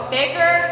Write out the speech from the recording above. bigger